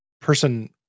person